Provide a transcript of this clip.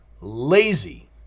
lazy